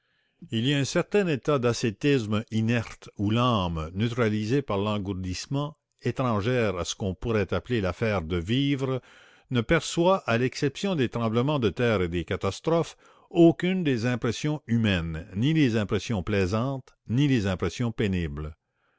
il y a un certain état d'ascétisme inerte où l'âme neutralisée par l'engourdissement étrangère à ce qu'on pourrait appeler l'affaire de vivre ne perçoit à l'exception des tremblements de terre et des catastrophes aucune des impressions humaines ni les impressions plaisantes ni les impressions pénibles